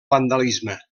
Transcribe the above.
vandalisme